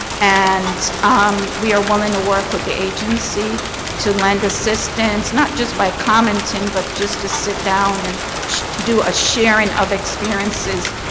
and um we are willing to work with the agency to lend assistance, not just by comments and but just to sit down and to do a sharing of experiences.